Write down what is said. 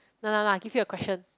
no lah lah give you a question